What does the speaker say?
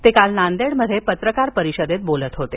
ते काल नांदेडमध्ये पत्रकार परिषदेत बोलत होते